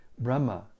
Brahma